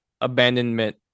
abandonment